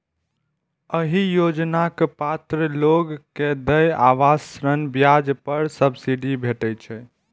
एहि योजनाक पात्र लोग कें देय आवास ऋण ब्याज पर सब्सिडी भेटै छै